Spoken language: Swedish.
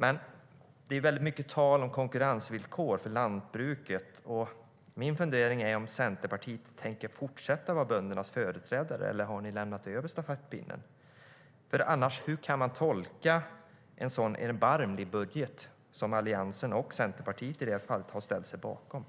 Men det är mycket tal om konkurrensvillkor för lantbruket. Jag funderar på om Centerpartiet tänker fortsätta vara böndernas företrädare eller om ni har lämnat över stafettpinnen. Hur ska man annars tolka en sådan erbarmlig budget som Alliansen och Centerpartiet i det här fallet har ställt sig bakom?